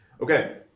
Okay